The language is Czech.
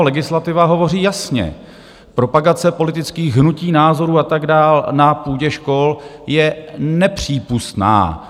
Legislativa hovoří jasně: propagace politických hnutí, názorů a tak dále na půdě škol je nepřípustná.